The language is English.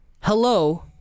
Hello